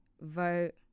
vote